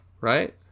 right